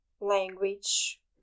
language